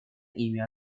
ими